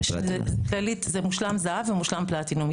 כללית זה מושלם זהב ומושלם פלטינום.